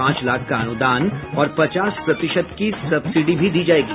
पांच लाख का अनुदान और पचास प्रतिशत की सब्सिडी भी दी जायेगी